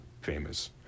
famous